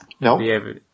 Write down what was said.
no